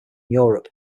europe